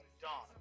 Dawn